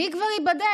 מי כבר יידבק?